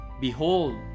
Behold